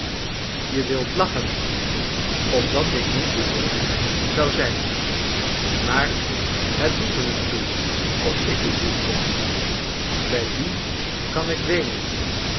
je wilt lachen opdat ik niet bedroefd zou zijn maar het doet er niet toe of ik bedroefd ben bij wien kan ik weenen